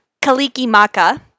Kalikimaka